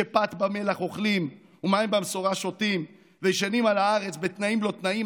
שפת ומלח אוכלים ומים במשורה שותים וישנים על הארץ בתנאים-לא-תנאים,